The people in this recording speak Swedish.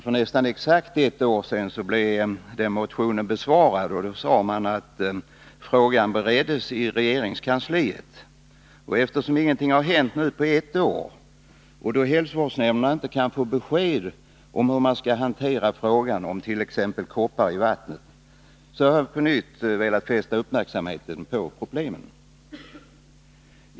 För nästan exakt ett år sedan behandlades den motionen, och då sade man att frågan bereds i regeringskansliet. Eftersom ingenting har hänt på ett år och eftersom hälsovårdsnämnden inte kan få besked om hur man skall hantera frågan om t.ex. koppar i vattnet, så har jag på nytt velat fästa uppmärksamheten på problemen.